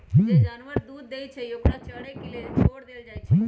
जे जानवर दूध देई छई ओकरा चरे के लेल छोर देल जाई छई